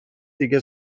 دیگه